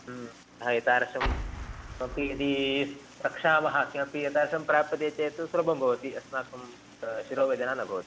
अतः एतादृशं किमपि यदि प्रक्षामः किमपि एतादृशं प्राप्यते चेत् सुलभं भवति अस्माकं शिरोवेदना न भवति